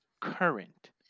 current